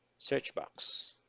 searchbox